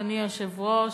אדוני היושב-ראש,